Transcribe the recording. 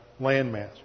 landmass